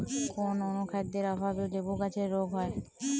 কোন অনুখাদ্যের অভাবে লেবু গাছের রোগ হয়?